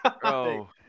Bro